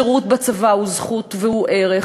השירות בצבא הוא זכות והוא ערך,